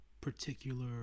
particular